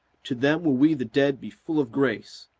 to them will we the dead be full of grace,